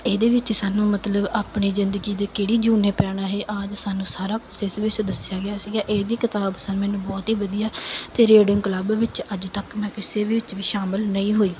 ਇਹਦੇ ਵਿੱਚ ਸਾਨੂੰ ਮਤਲਬ ਆਪਣੀ ਜ਼ਿੰਦਗੀ ਦੇ ਕਿਹੜੀ ਜੂਨ ਪੈਣਾ ਇਹ ਆਦਿ ਸਾਨੂੰ ਸਾਰਾ ਕੁਝ ਇਸ ਵਿੱਚ ਦੱਸਿਆ ਗਿਆ ਸੀਗਾ ਇਹਦੀ ਕਿਤਾਬ ਸਨ ਮੈਨੂੰ ਬਹੁਤ ਹੀ ਵਧੀਆ ਅਤੇ ਰੇਡੀਓ ਕਲੱਬ ਵਿੱਚ ਅੱਜ ਤੱਕ ਮੈਂ ਕਿਸੇ ਵਿੱਚ ਵੀ ਸ਼ਾਮਿਲ ਨਹੀਂ ਹੋਈ